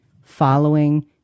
following